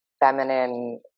feminine